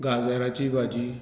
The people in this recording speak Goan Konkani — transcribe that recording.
गाजराची भाजी